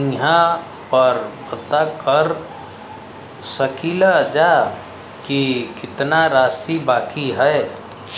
इहाँ पर पता कर सकीला जा कि कितना राशि बाकी हैं?